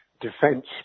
defence